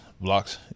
blocks